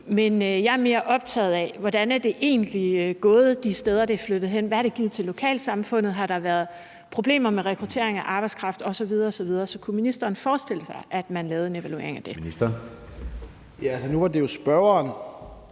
men jeg er mere optaget af, hvordan det egentlig er gået de steder, det er flyttet hen. Hvad har det givet til lokalsamfundet? Har der været problemer med rekruttering af arbejdskraft osv. osv.? Så kunne ministeren forestille sig, at man lavede en evaluering af det? Kl. 14:10 Anden næstformand